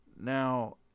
Now